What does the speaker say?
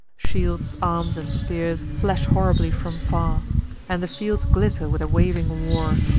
shields, arms, and spears flash horribly from far and the fields glitter with a waving war.